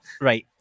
Right